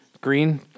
Green